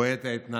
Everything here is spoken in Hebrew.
רואה את ההתנהלות,